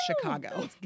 Chicago